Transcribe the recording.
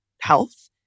health